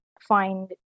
find